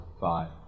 five